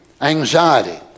anxiety